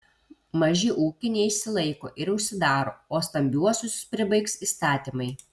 maži ūkiai neišsilaiko ir užsidaro o stambiuosius pribaigs įstatymai